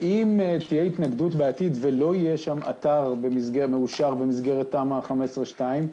ואם תהיה התנגדות בעתיד ולא יהיה שם אתר מאושר במסגרת תמ"א 15(2)